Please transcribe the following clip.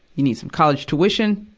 you need some college tuition.